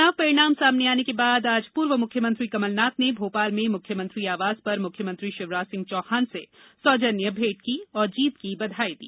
चुनाव परिणाम सामने आने के बाद आज पूर्व मुख्यमंत्री कमलनाथ ने भोपाल में मुख्यमंत्री आवास पर मुख्यमंत्री शिवराज सिंह चौहान से सौजन्य भेंट की और जीत की बधाई दी